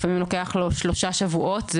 לפעמים לוקח לו שלושה שבועות.